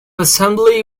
assembly